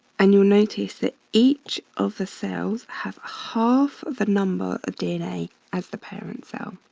and you'll notice that each of the cells have half the number of dna as the parent cell.